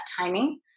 timing